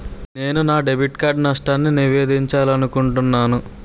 నేను నా debit card నష్టాన్ని నివేదించాలనుకుంటున్నాను